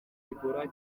ebola